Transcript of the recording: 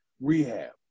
rehab